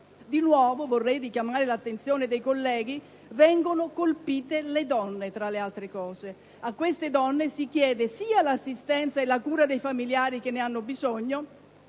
Di nuovo - vorrei richiamare l'attenzione dei colleghi - vengono colpite le donne, tra le altre cose; a queste donne si chiede sia l'assistenza e la cura dei familiari che ne hanno bisogno,